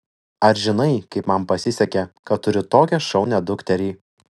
ar žinai kaip man pasisekė kad turiu tokią šaunią dukterį